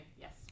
yes